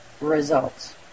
results